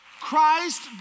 Christ